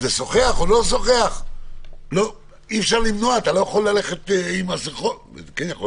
נכון שאי אפשר למנוע מלשוחח על זה, אבל כן יש